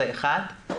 זה אחד.